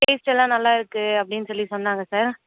taste எல்லாம் நல்லா இருக்கு அப்படின் சொல்லி சொன்னாங்க சார்